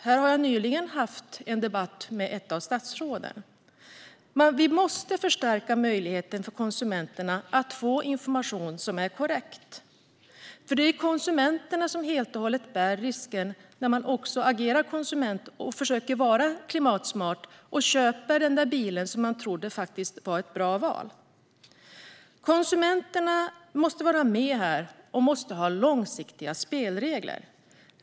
Här har jag nyligen haft en debatt med ett av statsråden. Vi måste förstärka möjligheten för konsumenterna att få information som är korrekt. Det är konsumenterna som helt och hållet bär risken när de agerar konsument, försöker att vara klimatsmarta och köper den där bilen som de tror är ett bra val. Konsumenterna måste vara med, och de måste ha långsiktiga spelregler.